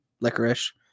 Licorice